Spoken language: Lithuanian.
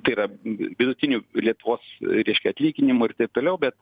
tai yra vidutiniu lietuvos reiškia atlyginimu ir taip toliau bet